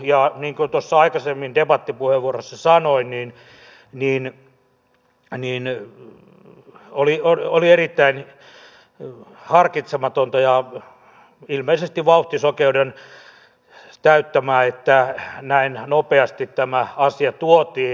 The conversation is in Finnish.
niin kuin tuossa aikaisemmin debattipuheenvuorossa sanoin oli erittäin harkitsematonta ja ilmeisesti vauhtisokeuden täyttämää että näin nopeasti tämä asia tuotiin